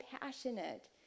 passionate